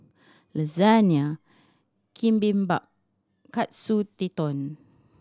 Lasagne Bibimbap Katsu Tendon